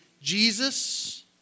Jesus